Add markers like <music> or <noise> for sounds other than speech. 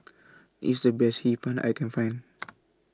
IS The Best Hee Pan I Can Find <noise>